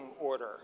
order